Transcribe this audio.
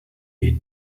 est